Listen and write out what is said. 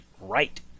right